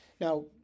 Now